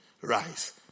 Rise